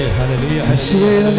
hallelujah